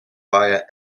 via